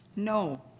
No